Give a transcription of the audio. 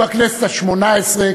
ובכנסת השמונה-עשרה,